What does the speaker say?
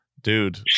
dude